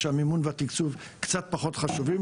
שהמימון והתקצוב קצת פחות חשובים,